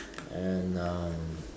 and um